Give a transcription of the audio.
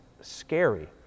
scary